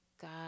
God